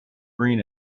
green